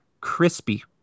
crispy